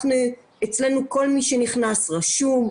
אצלנו כל מי שנכנס רשום,